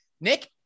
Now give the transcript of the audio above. Nick